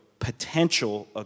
potential